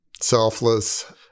selfless